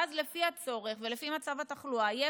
ואז לפי הצורך ולפי מצב התחלואה יהיה